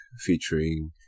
featuring